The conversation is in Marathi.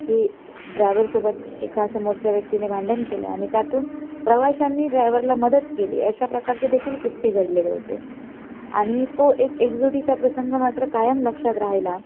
की ड्रायवरसोबत एका समोरच्या व्यक्तीने भांडण केलं आणि त्यातून प्रवाशांनी ड्रायवरला मदत केली अशा प्रकारचे देखील किस्से घडलेले होते आणि तो एक एकजुटीचा प्रसंग मात्र कायम लक्षात राहिला